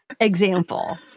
example